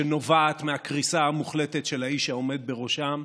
שנובעת מהקריסה המוחלטת של האיש העומד בראשם.